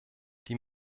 die